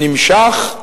נמשך,